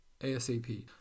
asap